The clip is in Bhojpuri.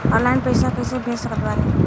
ऑनलाइन पैसा कैसे भेज सकत बानी?